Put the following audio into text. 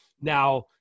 now